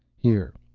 here,